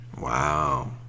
Wow